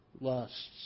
lusts